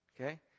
Okay